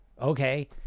Okay